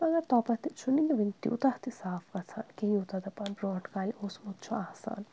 مگر توپَتھ تہِ چھُنہٕ وٕنہِ تیوٗتاہ تہِ صاف گژھان کیٚنٛہہ یوٗتاہ دَپان برٛونٛٹھ کالہِ اوسمُت چھُ آسان